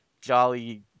jolly